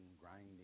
grinding